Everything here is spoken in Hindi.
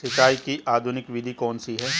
सिंचाई की आधुनिक विधि कौन सी है?